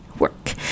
work